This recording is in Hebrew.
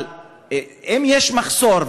אבל אם יש מחסור,